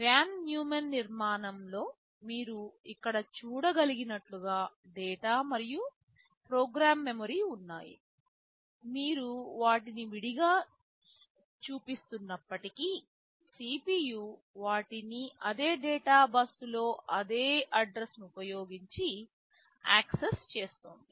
van Neumann నిర్మాణంలో మీరు ఇక్కడ చూడగలిగినట్లుగా డేటా మరియు ప్రోగ్రామ్ మెమరీ ఉన్నాయి మీరు వాటిని విడిగా చూపిస్తున్నప్పటికీCPU వాటిని అదే డేటా బస్సులో అదే అడ్రస్ను ఉపయోగించి యాక్సెస్ చేస్తోంది